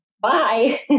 bye